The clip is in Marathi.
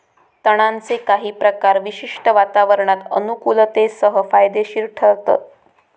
तणांचे काही प्रकार विशिष्ट वातावरणात अनुकुलतेसह फायदेशिर ठरतत